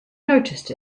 noticed